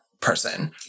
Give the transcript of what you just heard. person